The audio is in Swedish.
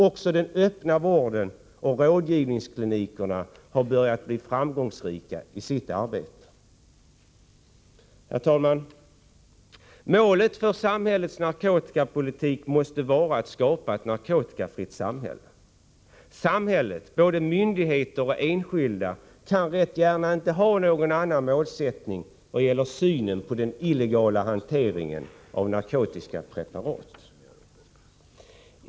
Också den öppna vården och rådgivningsklinikerna har börjat vinna framgång i sitt arbete. Herr talman! Målet för samhällets narkotikapolitik måste vara att skapa ett narkotikafritt samhälle. Samhället — både myndigheter och enskilda — kan rätt gärna inte ha någon annan målsättning i vad gäller synen på den illegala hanteringen av narkotiska preparat.